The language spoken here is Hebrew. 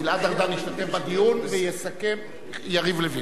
גלעד ארדן ישתתף בדיון, ויסכם יריב לוין.